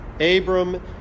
Abram